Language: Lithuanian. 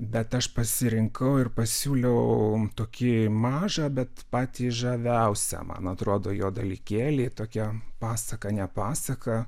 bet aš pasirinkau ir pasiūliau tokį mažą bet patį žaviausią man atrodo jo dalykėlį tokia pasaka nepasaka